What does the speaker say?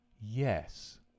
Yes